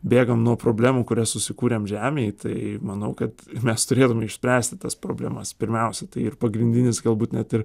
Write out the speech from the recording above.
bėgam nuo problemų kurias susikūrėm žemėj tai manau kad mes turėtume išspręsti tas problemas pirmiausia tai ir pagrindinis galbūt net ir